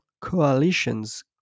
coalitions